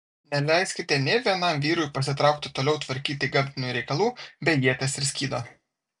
neleiskite nė vienam vyrui pasitraukti toliau tvarkyti gamtinių reikalų be ieties ir skydo